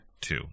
two